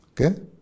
Okay